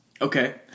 Okay